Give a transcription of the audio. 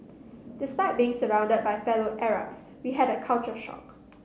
despite being surrounded by fellow Arabs we had a culture shock